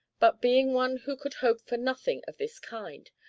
but being one who could hope for nothing of this kind,